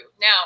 Now